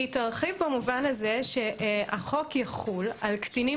היא תרחיב במובן הזה שהחוק יחול על קטינים